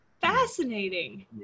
Fascinating